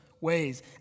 ways